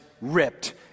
ripped